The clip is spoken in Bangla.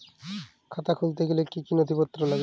খাতা খুলতে গেলে কি কি নথিপত্র লাগে?